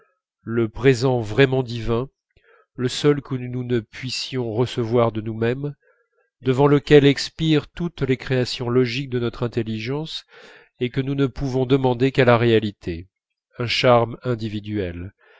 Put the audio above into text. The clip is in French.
le présent vraiment divin le seul que nous ne puissions recevoir de nous-même devant lequel expirent toutes les créations logiques de notre intelligence et que nous ne pouvons demander qu'à la réalité un charme individuel